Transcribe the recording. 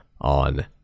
on